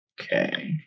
Okay